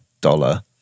dollar